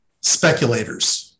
speculators